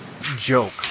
joke